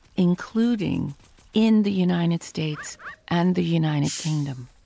including in the united states and the united kingdom.